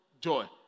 joy